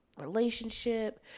relationship